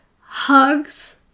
hugs